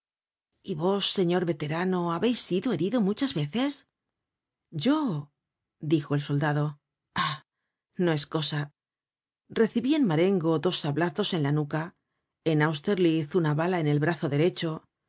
y vos señor veterano habeis sido herido muchas veces yo dijo el soldado ah no es cosa recibí en marengo dos sablazos en la nuca en austerlitz una bala en el brazo derecho en